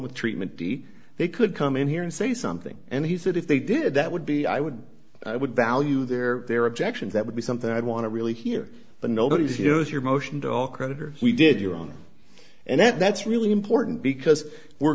with treatment b they could come in here and say something and he said if they did that would be i would i would value their their objections that would be something i'd want to really hear but nobody is you know if you're motioned all creditors we did you wrong and that that's really important because we're